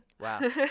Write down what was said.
Wow